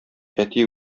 әти